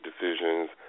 decisions